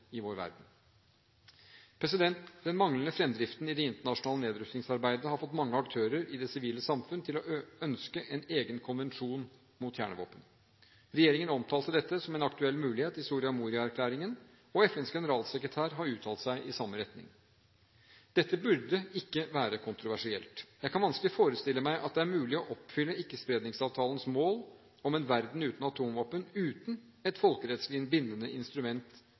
i vår verden. Den manglende fremdriften i det internasjonale nedrustningsarbeidet har fått mange aktører i det sivile samfunn til å ønske en egen konvensjon mot kjernevåpen. Regjeringen omtalte dette som en aktuell mulighet i Soria Moria-erklæringen, og FNs generalsekretær har uttalt seg i samme retning. Dette burde ikke være kontroversielt. Jeg kan vanskelig forestille meg at det er mulig å oppfylle Ikkespredningsavtalens mål om en verden uten atomvåpen uten et folkerettslig bindende instrument